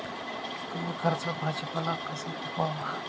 कमी खर्चात भाजीपाला कसा पिकवावा?